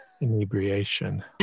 inebriation